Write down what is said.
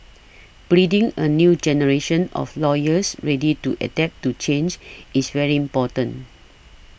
breeding a new generation of lawyers ready to adapt to change is very important